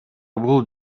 бул